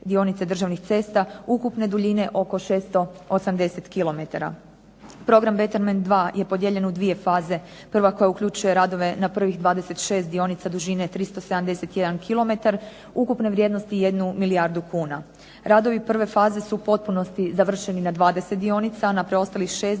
dionice državnih cesta ukupne duljine oko 680 km. Program Betterment dva je podijeljen u dvije faze. Prva koja uključuje radove na prvih 26 dionica dužine 371 km ukupne vrijednosti jednu milijardu kuna. Radovi prve faze su u potpunosti završeni na 20 dionica, a na preostalih 6 dionica